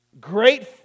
great